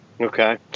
Okay